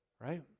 Right